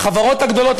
החברות הגדולות,